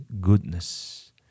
goodness